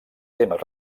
temes